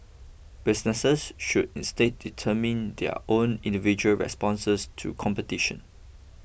businesses should instead determine their own individual responses to competition